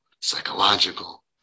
psychological